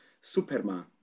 Superman